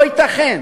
לא ייתכן